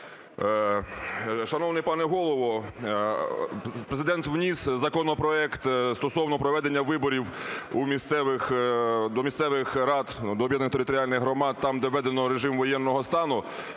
Шановний пане Голово, Президент вніс законопроект стосовно проведення виборів до місцевих рад, до об'єднаних територіальних громад, там, де введено режим воєнного стану,